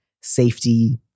safety